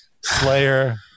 Slayer